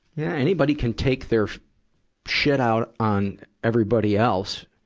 yeah, anybody can take their shit out on everybody else.